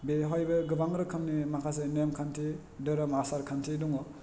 बेवहायबो गोबां रोखोमनि माखासे नेमखान्थि धोरोम आसारखान्थि दङ